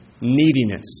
Neediness